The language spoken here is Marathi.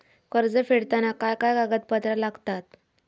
कर्ज फेडताना काय काय कागदपत्रा लागतात?